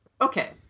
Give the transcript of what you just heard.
Okay